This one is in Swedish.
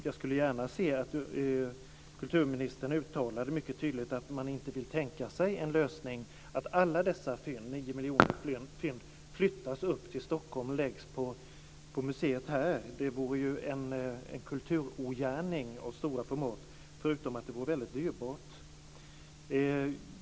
Jag skulle gärna se att kulturministern tydligt uttalade att man inte vill tänka sig en lösning där alla dessa nio miljoner fynd flyttas upp till museet i Stockholm. Det vore ju en kulturogärning av stora format, förutom att det vore väldigt dyrbart.